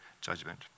judgment